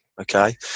Okay